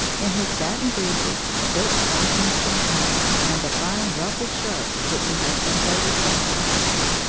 in his satin breeches, silk stockings and pumps, and the fine, ruffled shirts which he had sent over from france.